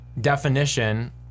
definition